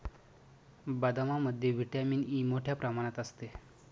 बदामामध्ये vitamin E मोठ्ठ्या प्रमाणात असते